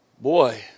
Boy